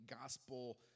gospel